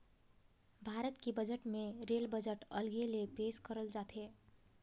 भारत के बजट मे rail budget अलगे ले पेस करल जाथे